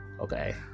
Okay